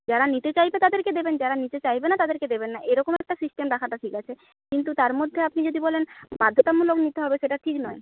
যারা নিতে চাইছে তাদেরকে দেবেন যারা নিতে চাইবে না তাদেরকে দেবেন না এরকম একটা সিস্টেম রাখাটা ঠিক আছে কিন্তু তার মধ্যে আপনি যদি বলেন বাধ্যতামূলক নিতে হবে সেটা ঠিক নয়